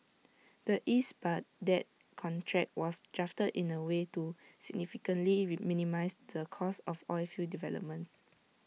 the east Baghdad contract was drafted in A way to significantly reminimise the cost of oilfield developments